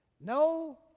No